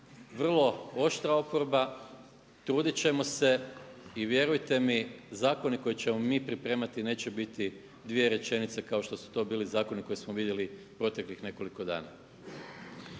vrlo oštra oporba, trudit ćemo se i vjerujte mi zakoni koje ćemo mi pripremati neće biti dvije rečenice kao što su to bili zakoni koje smo vidjeli proteklih nekoliko dana.